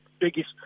biggest